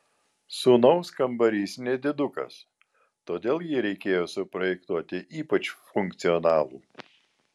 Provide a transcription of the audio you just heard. sūnaus kambarys nedidukas todėl jį reikėjo suprojektuoti ypač funkcionalų